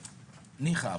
ניחא,